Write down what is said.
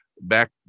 back